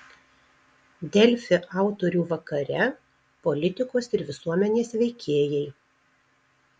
delfi autorių vakare politikos ir visuomenės veikėjai